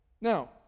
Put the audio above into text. Now